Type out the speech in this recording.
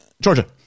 Georgia